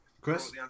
Chris